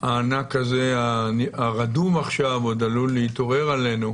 הענק הזה, שרדום עכשיו, עוד עלול להתעורר עלינו.